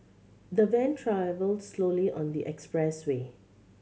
the van travelled slowly on the expressway